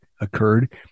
occurred